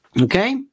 okay